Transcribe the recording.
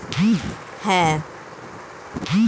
বিভিন্ন রকমের poultry breed নিয়ে তাদের চাষ করা হয়